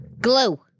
Glue